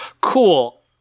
Cool